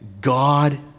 God